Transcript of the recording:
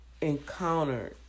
encountered